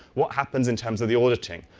what happens in terms of the auditing?